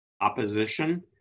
opposition